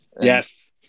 Yes